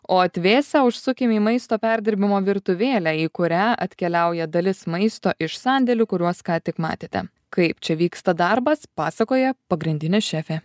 o atvėsę užsukim į maisto perdirbimo virtuvėlę į kurią atkeliauja dalis maisto iš sandėlių kuriuos ką tik matėte kaip čia vyksta darbas pasakoja pagrindinė šefė